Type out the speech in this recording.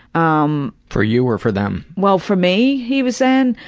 um for you or for them? well, for me, he was saying.